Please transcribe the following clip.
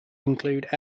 include